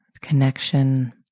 Connection